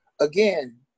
again